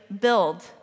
build